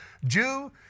Jew